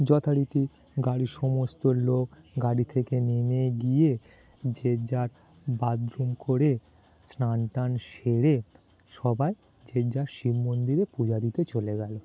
যথারীতি গাড়ির সমস্ত লোক গাড়ি থেকে নেমে গিয়ে যে যার বাথরুম করে স্নান টান সেরে সবাই যে যার শিব মন্দিরে পূজা দিয়ে চলে গেলো